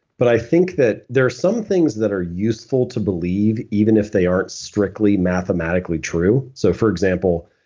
but i think that there are some things that are useful to believe even if they aren't strictly mathematically true so for example,